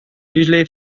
unusually